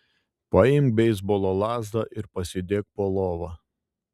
paimk beisbolo lazdą ir pasidėk po lova